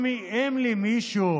אם למישהו